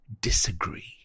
disagree